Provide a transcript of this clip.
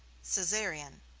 caesarion.